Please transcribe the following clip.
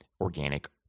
organic